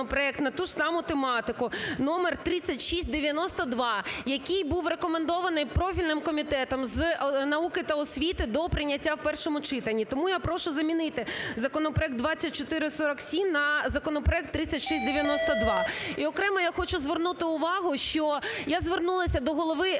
на ту ж саму тематику номер 3692, який був рекомендований профільним Комітетом з науки та освіти до прийняття в першому читанні. Тому я прошу замінити законопроект 2447 на законопроект 3692. І окремо я хочу звернути увагу, що я звернулася до голови